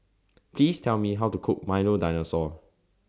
Please Tell Me How to Cook Milo Dinosaur